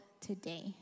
today